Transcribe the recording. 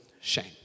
shame